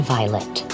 Violet